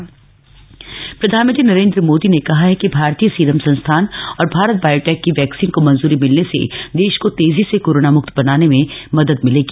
प्रधानमंत्री on vaccine प्रधानमंत्री नरेन्द्र मोदी ने कहा है कि भारतीय सीरम संस्थान और भारत बॉयोटेक की वैक्सीन को मंजूरी मिलने से देश को तेजी से कोरोना मुक्त बनाने में मदद मिलेगी